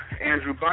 Andrew